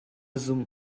zumh